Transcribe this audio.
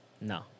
no